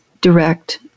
direct